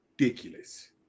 ridiculous